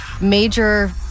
major